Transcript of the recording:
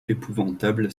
épouvantable